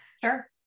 Sure